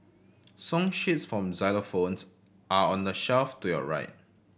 song sheets for xylophones are on the shelf to your right